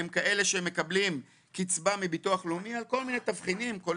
והם כאלה שמקבלים קצבה מביטוח לאומי על כל מיני תבחינים.